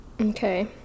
Okay